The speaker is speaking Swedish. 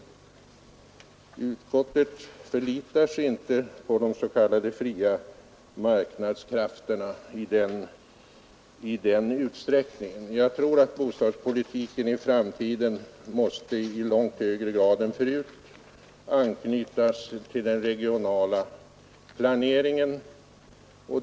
Utskottet förlitar sig inte på de s.k. fria marknadskrafterna i den utsträckningen. Jag tror att bostadspolitiken i framtiden måste i långt högre grad än förut anknytas till den regionala planeringen.